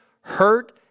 hurt